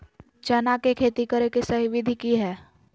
चना के खेती करे के सही विधि की हय?